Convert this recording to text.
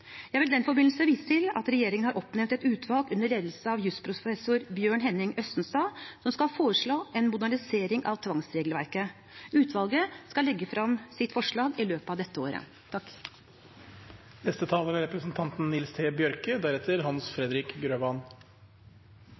Jeg vil i den forbindelse vise til at regjeringen har oppnevnt et utvalg under ledelse av jusprofessor Bjørn Henning Østenstad som skal foreslå en modernisering av tvangsregelverket. Utvalget skal legge frem sitt forslag i løpet av dette året. Eg vil starta med å takka saksordføraren. Eg er heilt einig i framstillinga hans